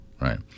right